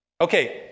Okay